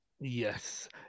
Yes